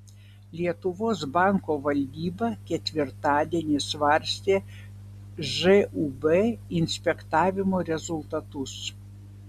lietuvos banko valdyba ketvirtadienį svarstė žūb inspektavimo rezultatus